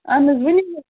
اہن حظ ؤنِو حظ